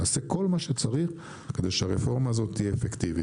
נעשה כל מה שצריך כדי שהרפורמה הזאת תהיה אפקטיבית.